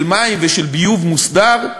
של מים ושל ביוב מוסדר,